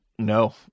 No